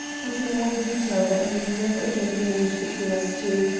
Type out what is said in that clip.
but in one detail that need never again be named between us two,